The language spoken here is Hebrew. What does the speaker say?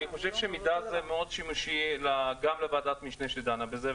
אני חושב שהמידע הזה מאוד שימושי לוועדת המשנה שדנה בזה,